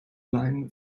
line